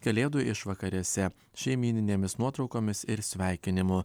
kalėdų išvakarėse šeimyninėmis nuotraukomis ir sveikinimu